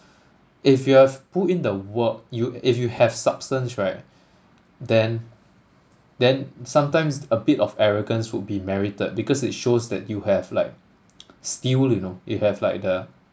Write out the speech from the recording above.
if you have put in the work you if you have substance right then then sometimes a bit of arrogance would be merited because it shows that you have like skill you know you have like the